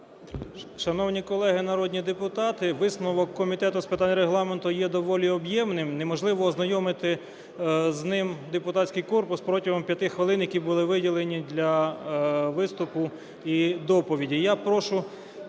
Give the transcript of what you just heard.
Шановні колеги народні депутати, висновок Комітету з питань Регламенту є доволі об'ємним, неможливо ознайомити з ним депутатський корпус протягом 5 хвилин, які були виділені для виступу і доповіді.